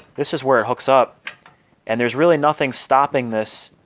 this is where it hooks up and there's really nothing stopping this